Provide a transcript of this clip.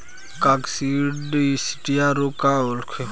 काकसिडियासित रोग का होखेला?